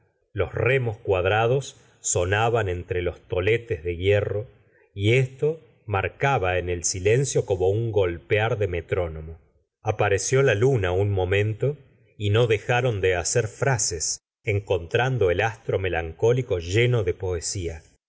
los remos cuadrados sonaban entre los toletes de hierro y esto marca ba en el silencio como un golpear de